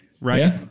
right